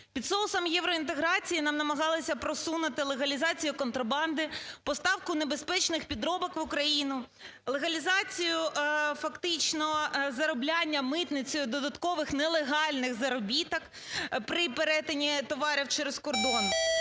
Під соусом євроінтеграції нам намагаються просунути легалізацію контрабанди, поставку небезпечних підробок в Україну, легалізацію фактично заробляння митницею додаткових нелегальних заробітків при перетині товарів через кордон.